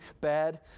bad